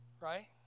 right